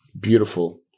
Beautiful